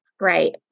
Right